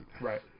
Right